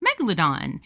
megalodon